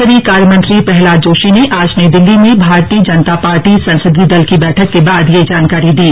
संसदीय कार्यमंत्री प्रहलाद जोशी ने आज नई दिल्ली में भारतीय जनता पार्टी संसदीय दल की बैठक के बाद यह जानकारी दी